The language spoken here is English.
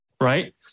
Right